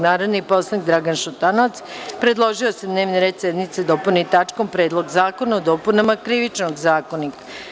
Narodni poslanik Dragan Šutanovac predložio je da se dnevni red sednice dopuni tačkom – Predlog zakona o dopunama Krivičnog zakonika.